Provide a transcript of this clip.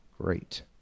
Great